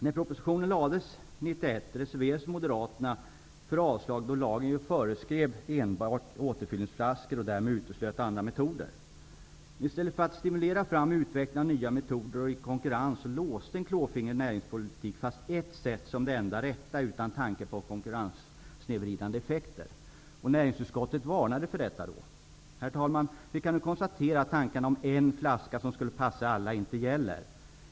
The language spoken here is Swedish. När propositionen lades fram 1991 reserverade sig Moderaterna för avslag, då lagen föreskrev enbart återfyllningsflaskor och därmed uteslöt andra metoder. I stället för att stimulera fram utveckling av nya metoder i konkurrens, låste en klåfingrig näringspolitik fast ett sätt som det enda rätta, utan tanke på konkurrenssnedvridande effekter. Näringsutskottet varnade för detta. Herr talman! Vi kan konstatera att tanken om en flaska som skulle passa alla ej gäller.